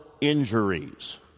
injuries